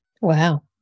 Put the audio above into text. Wow